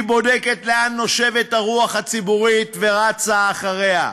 היא בודקת לאן נושבת הרוח הציבורית ורצה אחריה.